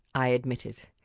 i admitted.